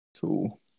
Cool